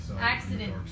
accident